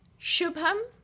Shubham